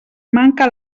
manca